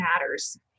matters